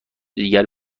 دیگر